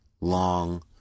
long